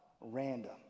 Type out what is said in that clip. random